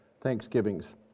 Thanksgivings